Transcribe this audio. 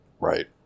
Right